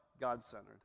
God-centered